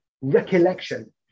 recollection